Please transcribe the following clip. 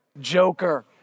Joker